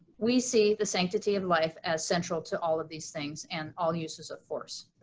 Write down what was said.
we see the sanctity of life as central to all of these things and all uses of force.